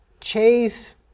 Chase